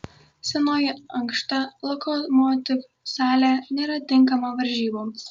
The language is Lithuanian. senoji ankšta lokomotiv salė nėra tinkama varžyboms